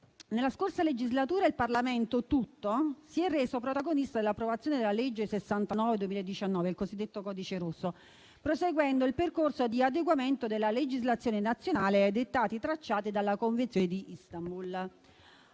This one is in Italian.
Nella scorsa legislatura il Parlamento tutto si è reso protagonista dell'approvazione della legge n. 69 del 2019, il cosiddetto codice rosso, proseguendo il percorso di adeguamento della legislazione nazionale ai dettati tracciati dalla Convenzione di Istanbul.